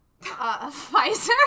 Pfizer